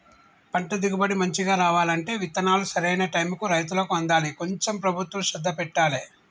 పంట దిగుబడి మంచిగా రావాలంటే విత్తనాలు సరైన టైముకు రైతులకు అందాలి కొంచెం ప్రభుత్వం శ్రద్ధ పెట్టాలె